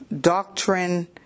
doctrine